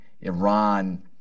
Iran